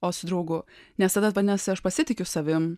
o su draugu nes tada nes aš pasitikiu savim